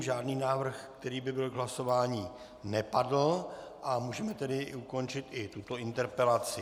Žádný návrh, který by byl k hlasování, nepadl, můžeme tedy ukončit i tuto interpelaci.